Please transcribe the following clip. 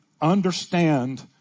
understand